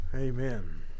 Amen